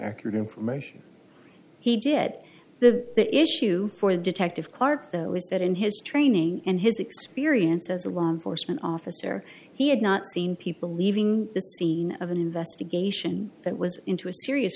accurate information he did the issue for the detective clarke though was that in his training and his experience as a law enforcement officer he had not seen people leaving the scene of an investigation that was into a serious